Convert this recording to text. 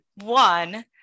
One